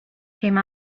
came